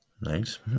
Nice